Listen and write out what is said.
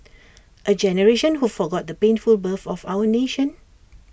A generation who forgot the painful birth of our nation